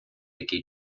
який